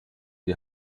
die